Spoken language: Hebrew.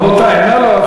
רבותי, נא לא להפריע.